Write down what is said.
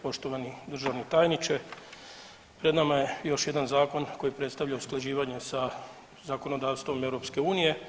Poštovani državni tajniče, pred nama je još jedan zakon koji predstavlja usklađivanje sa zakonodavstvom EU.